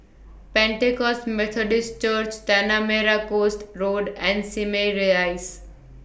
Pentecost Methodist Church Tanah Merah Coast Road and Simei Rise